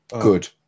Good